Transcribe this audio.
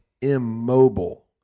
immobile